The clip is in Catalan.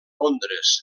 londres